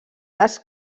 les